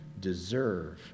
deserve